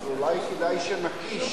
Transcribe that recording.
אולי כדאי שנקיש